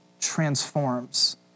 transforms